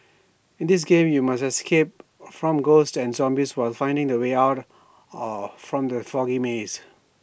in this game you must escape from ghosts and zombies while finding the way out or from the foggy maze